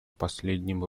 последним